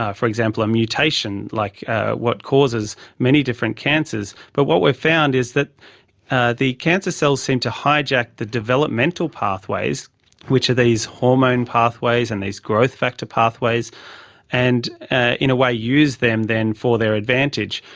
ah for example, a mutation like what causes many different cancers, but what we found is that the cancer cells seem to hijack the developmental pathways which are these hormone pathways and these growth factor pathways and in a way use them then for their advantage.